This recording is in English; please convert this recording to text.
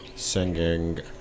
Singing